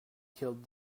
killed